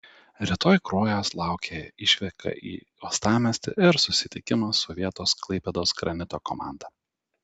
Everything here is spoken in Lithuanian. rytoj kruojos laukia išvyka į uostamiestį ir susitikimas su vietos klaipėdos granito komanda